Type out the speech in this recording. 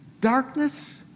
darkness